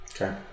Okay